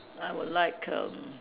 I would like erm